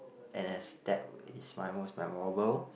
n_s that is my most memorable